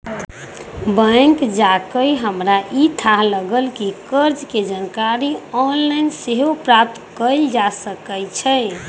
bank जा कऽ हमरा इ थाह लागल कि कर्जा के जानकारी ऑनलाइन सेहो प्राप्त कएल जा सकै छै